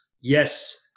Yes